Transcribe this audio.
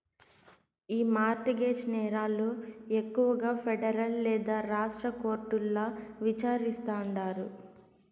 ఈ mortgage నేరాలు ఎక్కువగా పెడరల్ లేదా రాష్ట్ర కోర్టుల్ల విచారిస్తాండారు